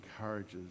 encourages